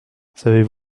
savez